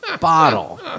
bottle